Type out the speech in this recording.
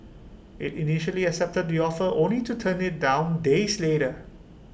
IT initially accepted the offer only to turn IT down days later